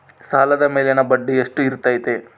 ಸಾಲದ ಮೇಲಿನ ಬಡ್ಡಿ ಎಷ್ಟು ಇರ್ತೈತೆ?